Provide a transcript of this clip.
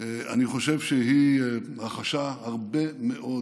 אני חושב שהיא רכשה לך הרבה מאוד,